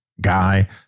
guy